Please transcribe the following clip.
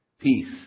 peace